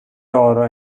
daughter